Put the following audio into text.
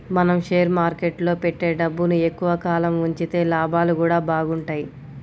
మనం షేర్ మార్కెట్టులో పెట్టే డబ్బుని ఎక్కువ కాలం ఉంచితే లాభాలు గూడా బాగుంటయ్